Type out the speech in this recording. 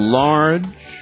large